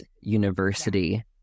University